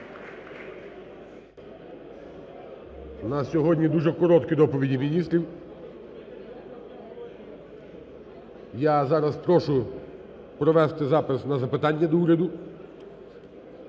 нас сьогодні дуже короткі доповіді міністрів. Я зараз прошу провести запис на запитання до уряду.